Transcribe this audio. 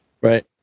right